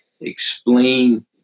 explain